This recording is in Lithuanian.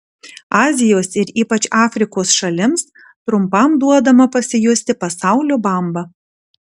azijos ir ypač afrikos šalims trumpam duodama pasijusti pasaulio bamba